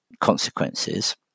consequences